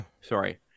sorry